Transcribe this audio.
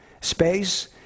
space